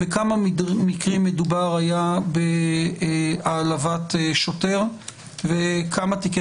בכמה מקרים היה מדובר בהעלבת שוטר וכמה תיקים